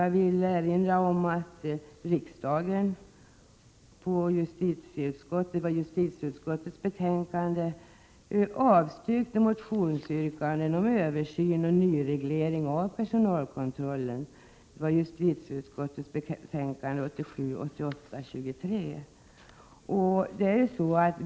Jag vill erinra om att riksdagen avstyrkte motionsyrkanden om översyn och nyreglering av personalkontrollen. Det framgår av justitieutskottets betänkande 1987/88:23.